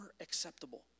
acceptable